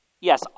yes